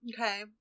Okay